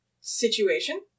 situation